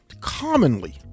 Commonly